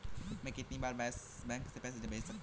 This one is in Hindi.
मैं कितनी बार बैंक से पैसे भेज सकता हूँ?